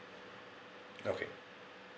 okay